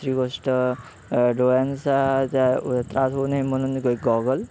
दुसरी गोष्ट डोळ्यांचा त्रास होऊ नये म्हणून एक गॉगल